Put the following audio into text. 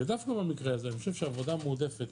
דווקא במקרה הזה אני חושב שעבודה מועדפת